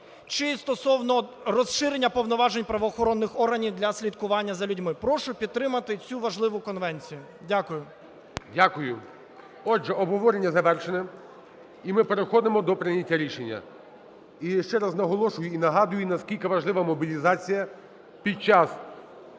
чи стосовно розширення повноважень правоохоронних органів для слідкування за людьми. Прошу підтримати цю важливу конвенцію. Дякую. ГОЛОВУЮЧИЙ. Дякую. Отже, обговорення завершене, і ми переходимо до прийняття рішення. І ще раз наголошую і нагадую, наскільки важлива мобілізація під час